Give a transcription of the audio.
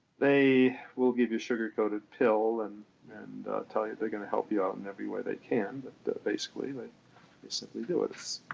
they will give you sugar-coated pill and and tell you they're gonna help you out in every way they can, but basically like they simply do it.